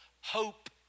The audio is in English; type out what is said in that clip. hope